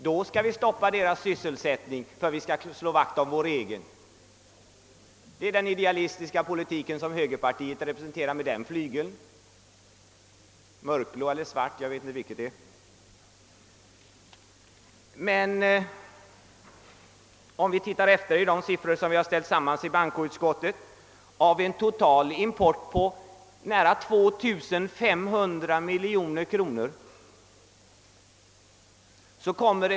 Då skall vi begränsa deras sysselsättning för att slå vakt om vår egen! Det är den ideologiska politik som högerpartiet på den flygeln representerar — jag vet inte om den politiken skall betecknas som mörkblå eller svart. De siffror som vi ställt samman i bankoutskottet visar att vi har en totalimport på detta område på nära 2 500 miljoner kronor.